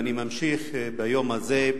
ואני ממשיך ביום הזה,